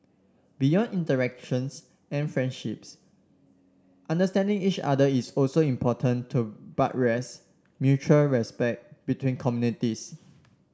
beyond interactions and friendships understanding each other is also important to buttress mutual respect between communities